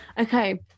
Okay